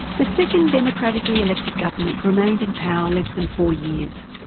the second democratically elected government remained in power less than four years.